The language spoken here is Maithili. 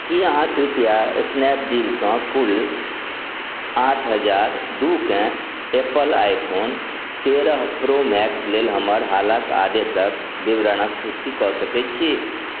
कि अहाँ कृपया स्नैपडीलसँ कुल आठ हजार दुइके एप्पल आइफोन तेरह प्रो मैक्स लेल हमर हालके आदेशके विवरणके पुष्टि कऽ सकै छी